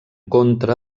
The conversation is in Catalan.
contra